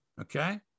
Okay